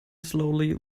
slowly